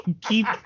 keep